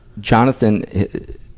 Jonathan